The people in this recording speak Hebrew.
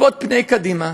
לצפות קדימה,